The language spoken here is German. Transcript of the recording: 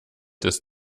des